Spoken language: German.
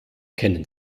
kennen